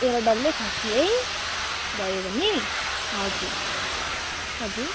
एउटा डल्लै खसी है भयो भने हजुर हजुर